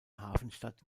hafenstadt